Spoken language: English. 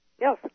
Yes